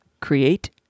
Create